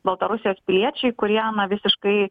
baltarusijos piliečiai kurie na visiškai